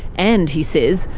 and, he says,